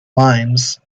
limes